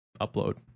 upload